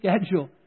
schedule